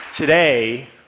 Today